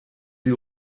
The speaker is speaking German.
sie